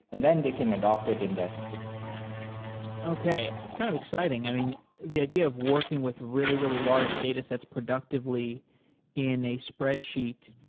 and then they can adapt it in their systems okay. it's kind of exciting. i mean, the idea of working with really, really large datasets productively in a spreadsheet.